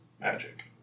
magic